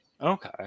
okay